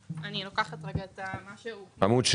ובאופן מפורט יותר אתה רואה את זה בטבלה מעמוד 7